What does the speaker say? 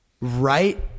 right